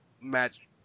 match